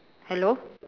hello